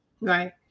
Right